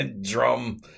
drum